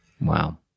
Wow